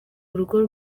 urugo